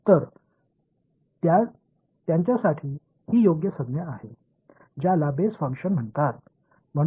எனவே இவை சரியான சொற்களாகும் இவை பேசிக்ஃபங்ஷன் என்று அழைக்கப்படுகின்றன